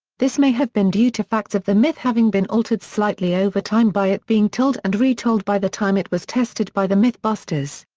this may have been due to facts of the myth having been altered slightly over time by it being told and re-told by the time it was tested by the mythbusters.